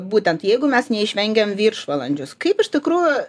būtent jeigu mes neišvengiam viršvalandžius kaip iš tikrųjų